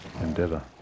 Endeavour